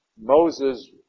Moses